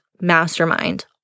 mastermind